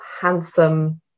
handsome